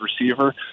receiver